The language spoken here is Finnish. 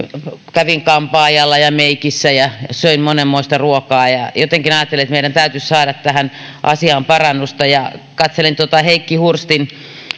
kävin kampaajalla ja meikissä ja söin monenmoista ruokaa jotenkin ajattelen että meidän täytyisi saada tähän asiaan parannusta katselin tuota heikki hurstin